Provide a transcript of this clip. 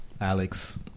Alex